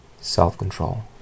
self-control